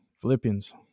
Philippians